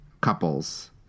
couples